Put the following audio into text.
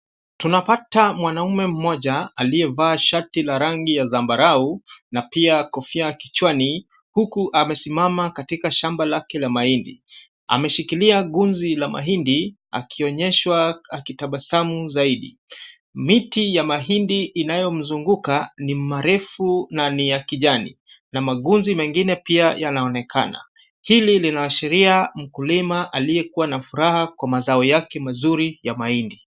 Tunapata mwanaume mmoja aliyevaa shati la rangi ya zambarau na pia kofia kichwani huku amamesimama katika shamba lake la mahindi. Ameshikilia gunzi la mahindi akionyeshwa akitabasamu zaidi. Miti ya mahindi inayomzunguka ni marefu na ni ya kijani na magunzi mengine pia yanaonekana. Hili linaashiria mkulima aliyekua na furaha kwa mazao yake mazuri ya mahindi.